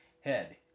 head